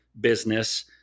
business